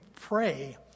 pray